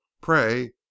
Pray